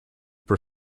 per